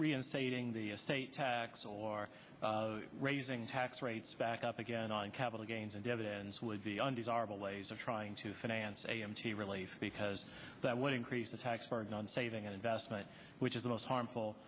reinstating the state tax or raising tax rates back up again on capital gains and dividends would be undesirable ways of trying to finance a m t relief because that would increase the tax burden on saving and investment which is the most harmful